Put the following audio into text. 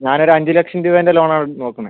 ഞാൻ ഒരു അഞ്ച് ലക്ഷം രൂപേൻ്റ ലോണാണ് നോക്കുന്നത്